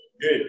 Good